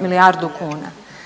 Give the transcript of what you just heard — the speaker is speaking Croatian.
milijardu kuna.